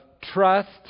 trust